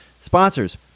Sponsors